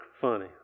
funny